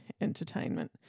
entertainment